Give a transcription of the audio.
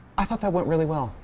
i thought that went really well.